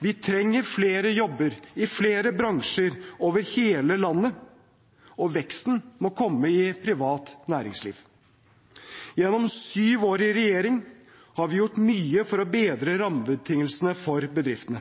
Vi trenger flere jobber, i flere bransjer, over hele landet. Og veksten må komme i privat næringsliv. Gjennom syv år i regjering har vi gjort mye for å bedre rammebetingelsene for bedriftene.